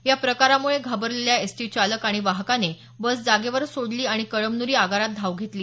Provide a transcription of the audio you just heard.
या प्रकारामुळे घाबरलेल्या एसटी चालक आणि वाहकाने बस जागेवरच सोडली आणि कळमनुरी आगारात धाव घेतली